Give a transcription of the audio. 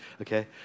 okay